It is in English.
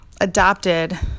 adopted